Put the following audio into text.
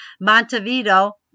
Montevideo